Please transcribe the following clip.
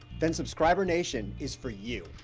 then subscriber nation is for you.